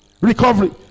recovery